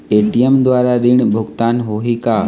ATM द्वारा ऋण भुगतान होही का?